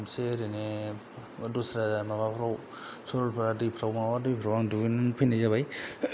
खेबसे ओरैनो दस्रा माबाफोराव सरलपारा दैफ्राव माबा दैफ्राव आं दुगैना फैनाय जाबाय